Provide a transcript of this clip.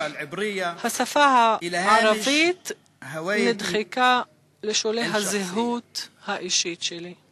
השפה הערבית נדחקה לשולי הזהות האישית שלי.